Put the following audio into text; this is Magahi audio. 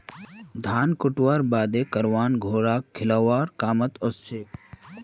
धान कुटव्वार बादे करवान घोड़ाक खिलौव्वार कामत ओसछेक